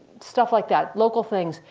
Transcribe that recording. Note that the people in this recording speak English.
stuff like that, local things.